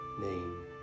name